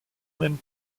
même